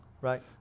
Right